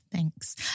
Thanks